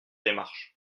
démarche